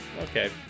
okay